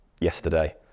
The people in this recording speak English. yesterday